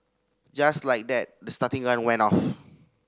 just like that the starting gun went off